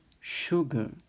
sugar